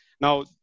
Now